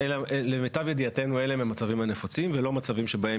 למיטב ידיעתנו אלה הם המצבים הנפוצים ולא מצבים שבהם